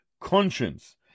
conscience